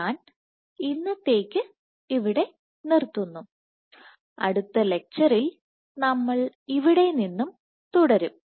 ഞാൻ ഇന്നത്തേക്ക് ഇവിടെ നിർത്തുന്നു അടുത്ത ലെക്ച്ചറിൽ നമ്മൾ ഇവിടെ നിന്ന് തുടരും